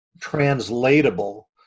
translatable